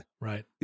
Right